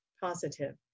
positive